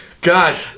God